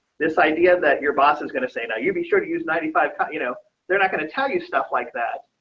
this idea that your boss is going to say now you'd be sure to use ninety five percent you know they're not going to tell you stuff like that.